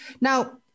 Now